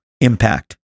impact